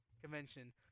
convention